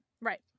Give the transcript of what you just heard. Right